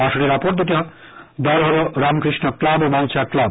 আসরের অপর দুটি দল হল রামকৃষ্ণ ক্লাব ও মৌচাক ক্লাব